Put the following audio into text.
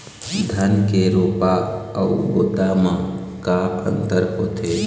धन के रोपा अऊ बोता म का अंतर होथे?